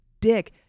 dick